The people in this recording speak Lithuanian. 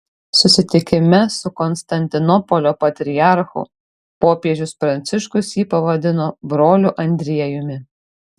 susitikime su konstantinopolio patriarchu popiežius pranciškus jį pavadino broliu andriejumi